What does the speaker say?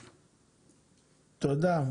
תודה.